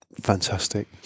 Fantastic